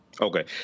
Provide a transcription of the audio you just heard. Okay